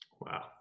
Wow